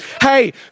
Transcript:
Hey